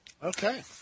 Okay